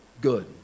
good